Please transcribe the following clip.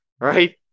right